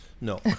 No